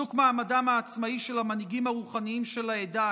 חיזוק מעמדם העצמאי של המנהיגים הרוחניים של העדה,